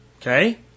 okay